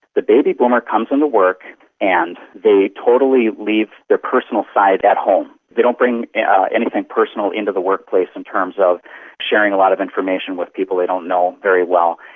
the baby boomer comes into work and they totally leave their personal side at home, they don't bring anything personal into the workplace in terms of sharing a lot of information with people they don't know very well.